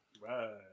Right